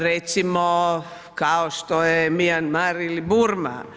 Recimo kao što je Myanmar ili Burma.